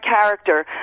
character